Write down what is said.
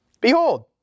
behold